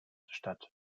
statt